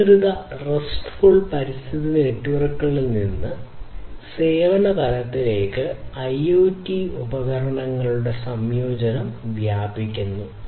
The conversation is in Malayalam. നിയന്ത്രിത RESTful പരിതസ്ഥിതി നെറ്റ്വർക്കുകളിൽ നിന്ന് സേവന തലത്തിലേക്ക് IoT ഉപകരണങ്ങളുടെ സംയോജനം വ്യാപിപ്പിക്കുന്നു